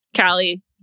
Callie